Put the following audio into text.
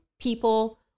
people